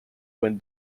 win